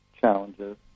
challenges